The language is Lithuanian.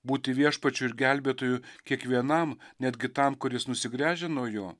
būti viešpačiu ir gelbėtoju kiekvienam netgi tam kuris nusigręžia nuo jo